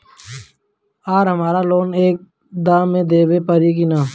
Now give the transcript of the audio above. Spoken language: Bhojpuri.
आर हमारा लोन एक दा मे देवे परी किना?